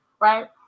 Right